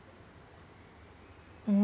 mm~